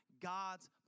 God's